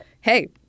hey